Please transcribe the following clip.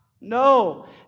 No